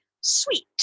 sweet